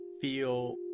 feel